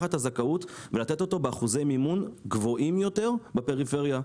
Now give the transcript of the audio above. - ולתת אותו באחוזי מימון גבוהים יותר בפריפריה.